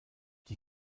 die